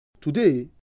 Today